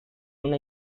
una